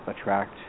attract